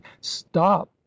stop